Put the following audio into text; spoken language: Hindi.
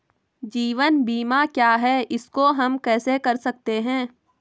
जीवन बीमा क्या है इसको हम कैसे कर सकते हैं?